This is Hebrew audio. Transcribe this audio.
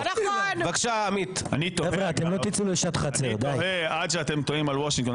--- אתם תוהים על וושינגטון,